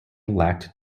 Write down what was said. lacked